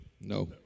No